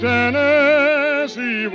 Tennessee